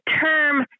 term